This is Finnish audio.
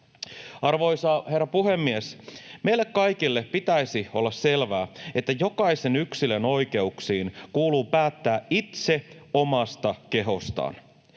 Arvoisa herra puhemies! Meille kaikille pitäisi olla selvää, että jokaisen yksilön oikeuksiin kuuluu päättää itse omasta kehostaan.